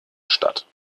statt